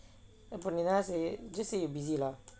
அப்போ நீ என்ன செய்யு:appo ni enna seiyu just say you busy lah